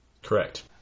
Correct